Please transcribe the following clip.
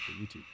YouTube